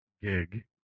gig